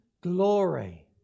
glory